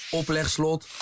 oplegslot